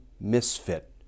misfit